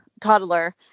toddler